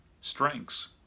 strengths